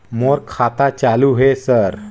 मोर खाता चालु हे सर?